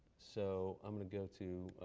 so i'm going to go to